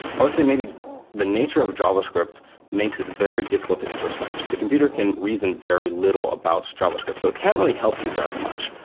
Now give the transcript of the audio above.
i would say maybe the nature of javascript makes it very difficult to introspect. the computer can reason very little about javascript. so it can't really help you very much.